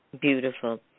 Beautiful